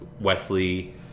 Wesley